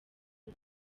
uri